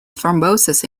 thrombosis